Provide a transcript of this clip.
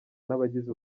n’abagize